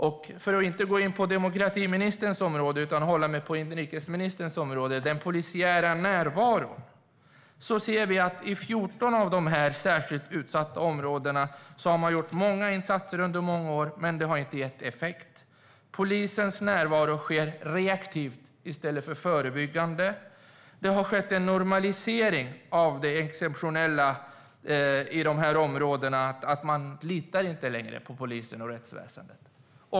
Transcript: Jag ska inte gå in på demokratiministerns område utan hålla mig på inrikesministerns område: När det gäller den polisiära närvaron ser vi att i 14 av de här särskilt utsatta områdena har man gjort många insatser under många år, men det har inte gett effekt. Polisens närvaro sker reaktivt i stället för förebyggande. I de här områdena har det skett en normalisering av det exceptionella i att man inte längre litar på polisen och rättsväsendet.